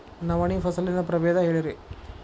ನವಣಿ ಫಸಲಿನ ಪ್ರಭೇದ ಹೇಳಿರಿ